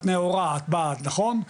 את נאורה, את בעד', נכון?